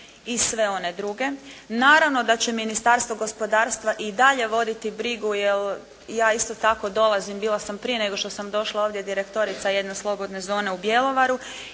i sve one druge. Naravno da će Ministarstvo gospodarstva i dalje voditi brigu jer ja isto tako dolazim, bila sam prije nego što sam došla ovdje direktorica jedne slobodne zone u Bjelovaru